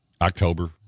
October